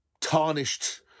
tarnished